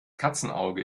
katzenauge